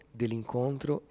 dell'incontro